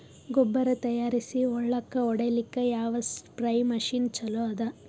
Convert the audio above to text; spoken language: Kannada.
ಗೊಬ್ಬರ ತಯಾರಿಸಿ ಹೊಳ್ಳಕ ಹೊಡೇಲ್ಲಿಕ ಯಾವ ಸ್ಪ್ರಯ್ ಮಷಿನ್ ಚಲೋ ಅದ?